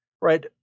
Right